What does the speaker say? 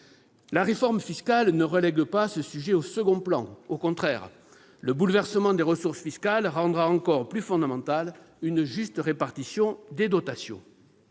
La réforme fiscale ne relègue pas ce sujet au second plan. Au contraire ! Le bouleversement des ressources fiscales rendra encore plus fondamentale une juste répartition des dotations.